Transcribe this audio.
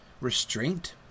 restraint